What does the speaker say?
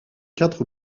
quatre